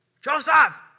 Joseph